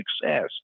success